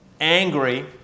angry